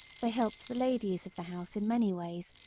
they helped the ladies of the house in many ways,